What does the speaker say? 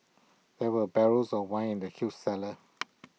there were barrels of wine in the huge cellar